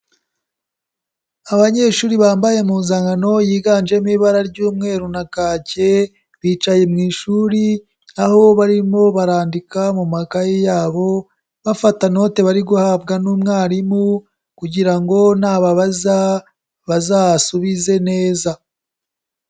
Abanyeshuri bambaye impuzankano yiganjemo ibara ry'umweru na kake, bicaye mu ishuri aho barimo barandika mu makaye yabo, bafata inote bari guhabwa n'umwarimu kugira ngo nababaza bazasubize neza.